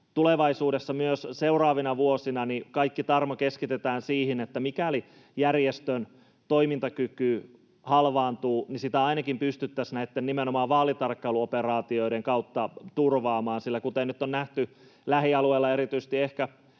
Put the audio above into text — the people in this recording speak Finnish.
tulevaisuudessa, myös seuraavina vuosina, kaikki tarmo keskitetään siihen, että mikäli järjestön toimintakyky halvaantuu, niin sitä ainakin pystyttäisiin nimenomaan näitten vaalitarkkailuoperaatioiden kautta turvaamaan. Kuten nyt on nähty lähialueilla, erityisesti ehkä